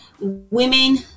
women